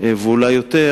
ואולי יותר